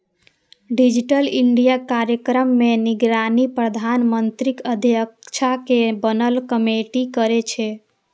digital India कार्यक्रम के निगरानी प्रधानमंत्रीक अध्यक्षता मे बनल कमेटी करै छै